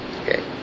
Okay